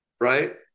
right